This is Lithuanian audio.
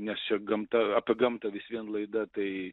nes čia gamta apie gamtą vis vien laida tai